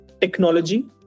technology